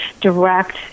direct